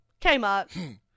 Kmart